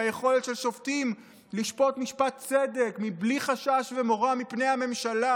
ביכולת של שופטים לשפוט משפט צדק בלי חשש ומורא מפני הממשלה.